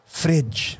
fridge